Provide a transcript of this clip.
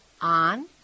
on